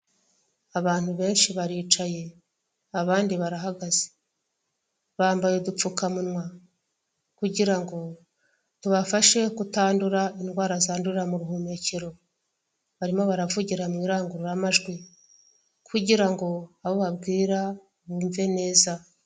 Abantu benshi baricaye, abandi barahagaze bambaye udupfukamunwa kugirango tubafashe kutandura indwara zandurira mubuhumekero, barimo baravugira mu irangururamajwi kugirango abo babwira bumve neza.